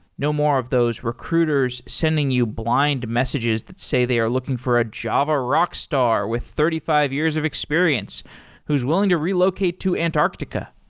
no more of those recruiters sending you blind messages that say they are looking for a java rockstar with thirty five years of experience who's willing to relocate to antarctica.